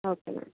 okay madam